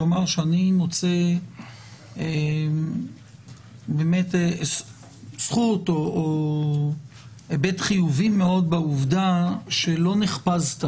לומר שאני מוצא באמת זכות או היבט חיובי מאוד בעובדה שלא נחפזת